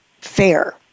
fair